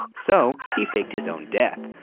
um so he faked his own death.